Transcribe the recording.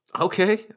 Okay